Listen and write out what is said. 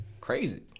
crazy